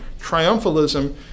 Triumphalism